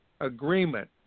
agreement